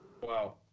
wow